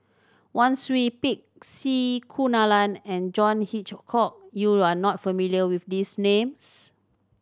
Wang Sui Pick C Kunalan and John Hitchcock you are not familiar with these names